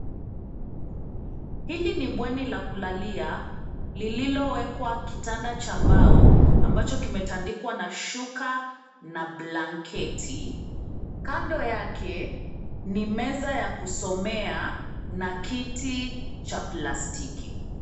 Hili ni bweni la kulalia lililowekwa kitanda cha mbao ambacho kimetandikwa na shuka na blanketi. Kando yake ni meza ya kusomea na kiti cha plastiki.